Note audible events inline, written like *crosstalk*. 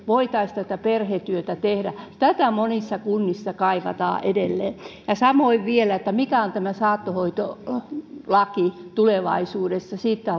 voitaisiin tätä perhetyötä tehdä tätä monissa kunnissa kaivataan edelleen samoin vielä mikä on tämä saattohoitolaki tulevaisuudessa siitä *unintelligible*